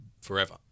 forever